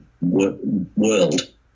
world